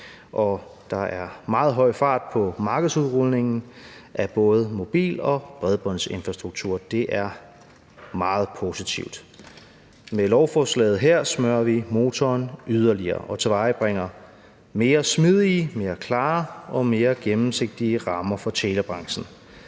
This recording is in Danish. der er meget høj fart på markedsudrulningen af både mobil- og bredbåndsinfrastruktur. Det er meget positivt. Med lovforslaget her smører vi motoren yderligere og tilvejebringer mere smidige, mere klare og mere gennemsigtige rammer for telebranchen.